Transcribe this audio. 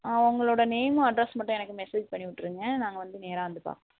ஆ உங்களோடய நேமும் அட்ரஸ் மட்டும் எனக்கு மெசேஜ் பண்ணி விட்ருங்க நாங்கள் வந்து நேராக வந்து பாக்